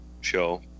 show